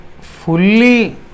fully